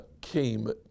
came